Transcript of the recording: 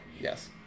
Yes